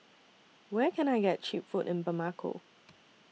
Where Can I get Cheap Food in Bamako